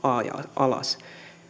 alas